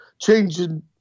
changing